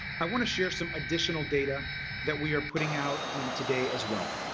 i want to share some additional data that we are putting out today as well.